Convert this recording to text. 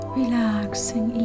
relaxing